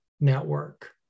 network